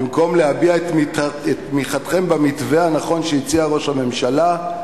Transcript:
במקום להביע את תמיכתכם במתווה הנכון שהציע ראש הממשלה,